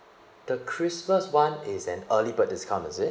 the christmas [one] is an early bird discount is it